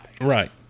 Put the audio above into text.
right